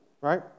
right